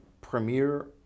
premier